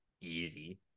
Easy